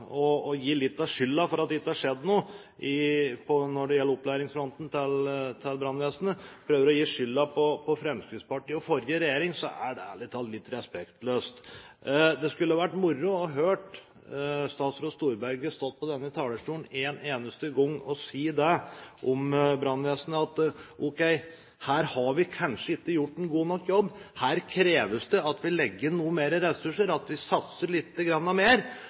litt av skylda for at det ikke har skjedd noe på opplæringsfronten når det gjelder brannvesenet, er det ærlig talt litt respektløst. Det skulle vært moro å høre statsråd Storberget stå på denne talerstolen en eneste gang og si om brannvesenet: Ok, her har vi kanskje ikke gjort en god nok jobb, her kreves det at vi legger inn noen flere ressurser, at vi satser litt mer,